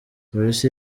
polisi